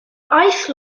ice